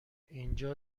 اینجا